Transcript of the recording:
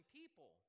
people